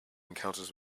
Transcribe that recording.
encounters